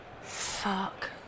Fuck